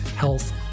Health